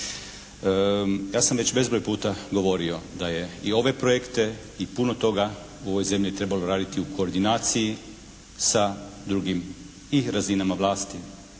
Ja sam već bezbroj puta govorio da je i ove projekte i puno toga u ovoj zemlji trebalo raditi u koordinaciji sa drugim i razinama vlasti.